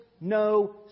no